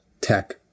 tech